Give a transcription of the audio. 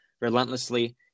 relentlessly